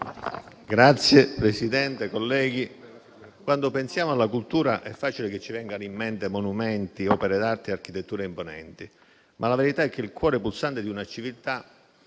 colleghe e colleghi, quando pensiamo alla cultura è facile che ci vengano in mente monumenti, opere d'arte e architetture imponenti, ma la verità è che il cuore pulsante di una civiltà